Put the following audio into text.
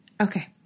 Okay